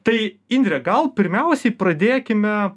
tai indre gal pirmiausiai pradėkime